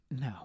No